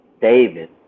David